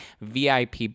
VIP